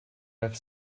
have